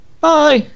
bye